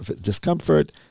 discomfort